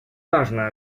важно